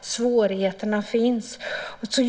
svårigheterna finns.